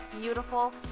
beautiful